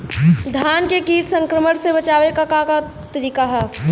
धान के कीट संक्रमण से बचावे क का तरीका ह?